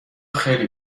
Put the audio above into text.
خیلی